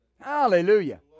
Hallelujah